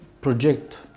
project